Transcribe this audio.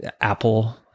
Apple